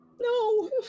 No